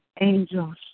angels